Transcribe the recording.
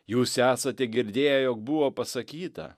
jūs esate girdėję jog buvo pasakyta